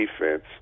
defense